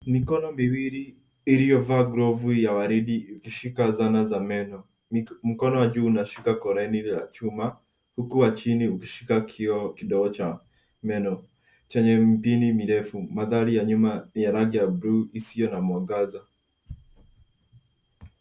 Mikono miwili iliyovaa glovu ya waridi ikishika zana za meno. Mkono wa juu unashika koleni la chuma, huku wa chini ukishika kioo kidogo cha meno chenye mpini mirefu, madhara ya nyuma ya rangi ya blue isiyo na mwangaza.